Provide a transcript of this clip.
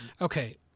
Okay